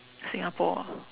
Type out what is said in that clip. Singapore ah